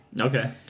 Okay